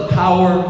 power